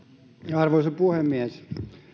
arvoisa puhemies